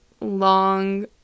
long